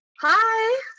Hi